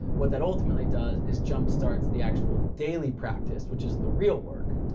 what that ultimately does is jump starts the actual daily practice which is the real work.